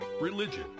religion